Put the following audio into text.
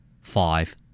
five